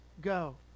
go